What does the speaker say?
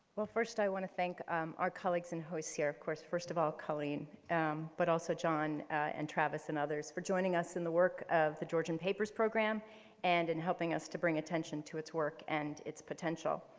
well first, i want to thank our colleagues and host here, of course first of all colleen um but also john and travis and others for joining us in the work of the georgian papers programme and in helping us to bring attention to its work and its potential.